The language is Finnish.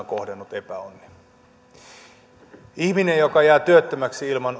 kohdannut epäonni ihminen joka jää työttömäksi ilman